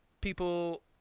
people